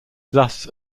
thus